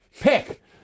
pick